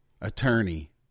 attorney